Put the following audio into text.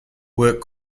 work